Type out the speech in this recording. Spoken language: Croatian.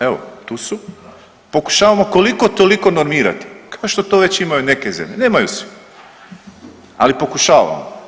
Evo, tu su, pokušavamo koliko-toliko normirati, kao što to već imaju neke zemlje, nemaju svi, ali pokušavamo.